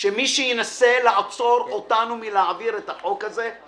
שמי שינסה לעצור אותנו מלהעביר את הצעת החוק הזאת,